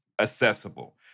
accessible